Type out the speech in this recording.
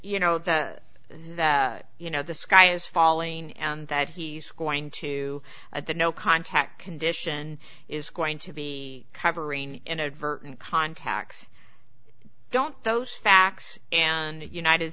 you know the you know the sky is falling and that he's going to the no contact condition is going to be covering inadvertent contacts don't those facts and united